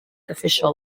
official